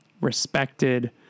respected